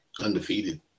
undefeated